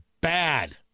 bad